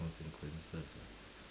consequences ah